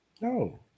No